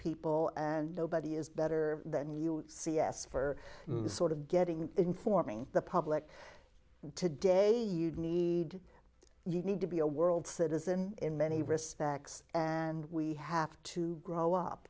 people and nobody is better than you see yes for the sort of getting informing the public today you'd need you need to be a world citizen in many respects and we have to grow up